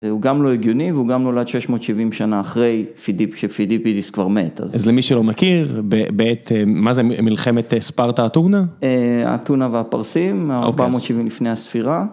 הוא גם לא הגיוני, והוא גם נולד 670 שנה אחרי שפידיפידיס כבר מת. אז למי שלא מכיר, מה זה מלחמת ספרטה-אתונה? אתונה והפרסים, 470 לפני הספירה.